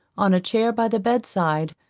on a chair by the bed side,